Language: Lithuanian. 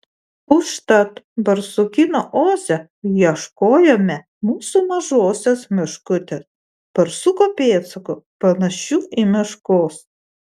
užtat barsukyno oze ieškojome mūsų mažosios meškutės barsuko pėdsakų panašių į meškos